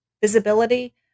visibility